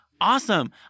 Awesome